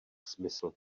smysl